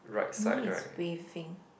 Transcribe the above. mine is waving